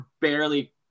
barely